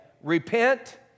repent